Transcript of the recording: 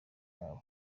yabo